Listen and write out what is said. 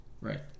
Right